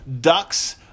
Ducks